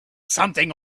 something